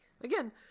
again